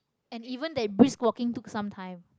and even that brisk walking took some time